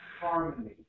Harmony